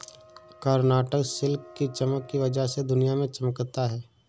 Karnataka silk की चमक की वजह से दुनिया में चमकता है